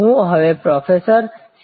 હું હવે professor C